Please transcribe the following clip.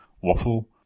waffle